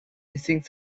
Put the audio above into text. hissing